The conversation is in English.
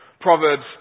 Proverbs